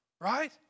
Right